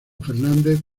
fernández